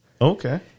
Okay